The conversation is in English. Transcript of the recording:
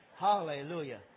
Hallelujah